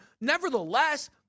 nevertheless